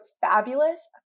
fabulous